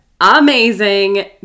amazing